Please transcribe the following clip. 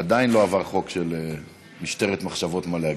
עדיין לא עבר חוק של משטרת מחשבות, מה להגיד.